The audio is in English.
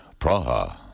Praha